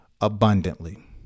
abundantly